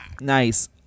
Nice